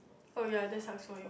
oh ya that sucks for you